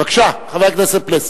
בבקשה, חבר הכנסת פלסנר.